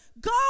go